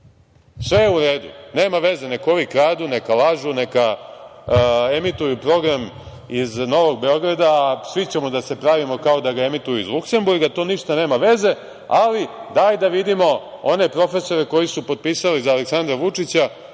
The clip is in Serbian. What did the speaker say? Sve je u redu, nema veze neka ovi kradu, neka lažu, neka emituju program iz Novog Beograda, a svi ćemo da se pravimo kao da ga emituju iz Luksemburga, to ništa nema veze, ali daj da vidimo one profesore koji su potpisali za Aleksandra Vučića,